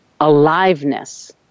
aliveness